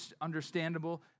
understandable